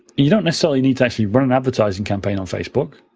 you don't necessarily need to actually run advertising campaign on facebook,